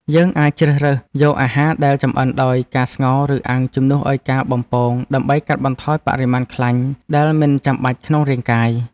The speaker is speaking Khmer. យើងអាចជ្រើសរើសយកអាហារដែលចម្អិនដោយការស្ងោរឬអាំងជំនួសឲ្យការបំពងដើម្បីកាត់បន្ថយបរិមាណខ្លាញ់ដែលមិនចាំបាច់ក្នុងរាងកាយ។